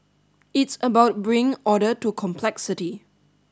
it's about bringing order to complexity